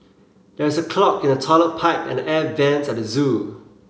there is a clog in the toilet pipe and the air vents at the zoo